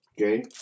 Okay